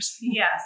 Yes